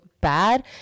bad